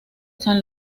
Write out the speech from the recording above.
san